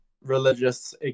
religious